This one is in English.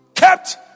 kept